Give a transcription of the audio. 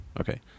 Okay